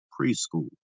preschool